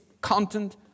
content